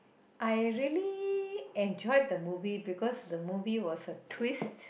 I really enjoyed the movie because the movie was a twist